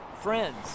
friends